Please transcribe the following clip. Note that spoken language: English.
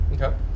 Okay